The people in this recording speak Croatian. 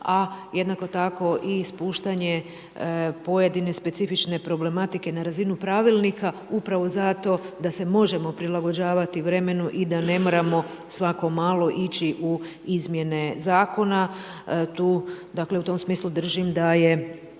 a jednako tako i spuštanje pojedine specifične problematike na razinu pravilnika, upravo zato da se možemo prilagođavati vremenu i da ne moramo svako malo ići u izmjene zakona. Dakle u tom smislu držim da je